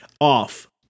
off